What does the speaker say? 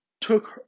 took